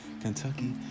Kentucky